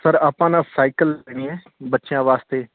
sir ਆਪਾਂ ਨਾ cycle ਲੈਣੀ ਹੈ ਬੱਚਿਆਂ ਵਾਸਤੇ